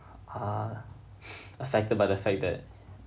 ah affected by the fact that